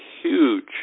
huge